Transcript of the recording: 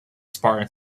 spartan